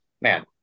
man